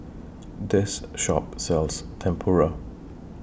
This Shop sells Tempura